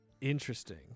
Interesting